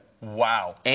Wow